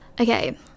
okay